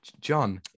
John